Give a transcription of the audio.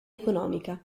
economica